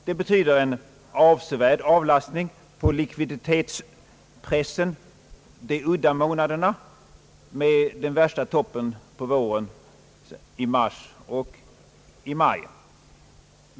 Det betyder en avsevärd avlastning av likviditetspressen under de udda månaderna, med de svåraste topparna i mars och i maj.